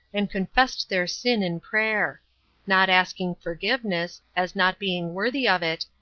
and confessed their sin in prayer not asking forgiveness, as not being worthy of it,